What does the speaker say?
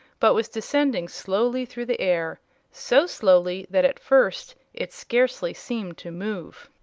but was descending slowly through the air so slowly that at first it scarcely seemed to move.